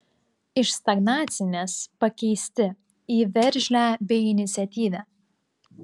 iš stagnacinės pakeisti į veržlią bei iniciatyvią